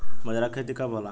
बजरा के खेती कब होला?